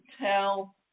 tell